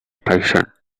patient